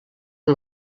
amb